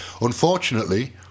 Unfortunately